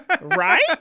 right